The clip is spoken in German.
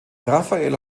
rafael